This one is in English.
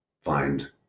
find